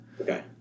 Okay